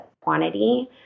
quantity